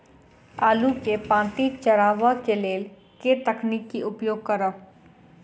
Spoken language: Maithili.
आलु केँ पांति चरावह केँ लेल केँ तकनीक केँ उपयोग करऽ?